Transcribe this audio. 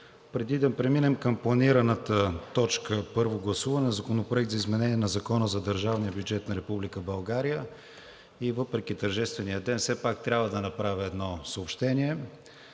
Преди да преминем към планираната точка – Първо гласуване на Законопроекта за изменение на Закона за държавния бюджет на Република България за 2022 г., и въпреки тържествения ден все пак трябва да направя едно съобщение: